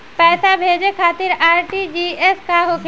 पैसा भेजे खातिर आर.टी.जी.एस का होखेला?